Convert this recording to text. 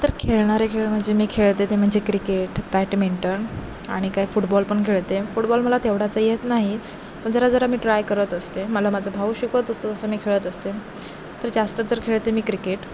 तर खेळणारे खेळ म्हणजे मी खेळते ते म्हणजे क्रिकेट बॅटमिंटन आणि काय फुटबॉल पण खेळते फुटबॉल मला तेवढासा येत नाही पण जरा जरा मी ट्राय करत असते मला माझा भाऊ शिकवत असतो तसं मी खेळत असते तर जास्त तर खेळते मी क्रिकेट